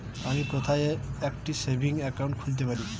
আমি কোথায় একটি সেভিংস অ্যাকাউন্ট খুলতে পারি?